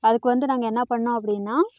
அதுக்கு வந்து நாங்கள் என்ன பண்ணுணோம் அப்படினா